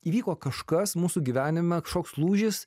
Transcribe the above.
įvyko kažkas mūsų gyvenime kažkoks lūžis